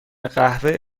قوه